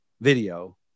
video